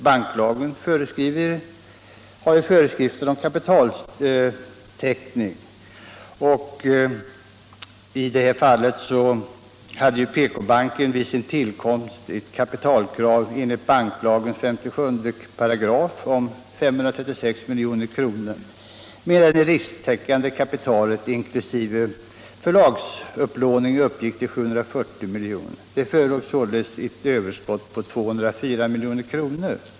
Banklagen har föreskrifter om kapitaltäckning, och i det här fallet hade PK-banken vid sin tillkomst ett kapitalkrav enligt 57 § banklagen om 536 milj.kr. medan det risktäckande kapitalet inklusive förlagsupplåning uppgick till 740 milj.kr. Det förelåg således ett överskott på 204 milj.kr.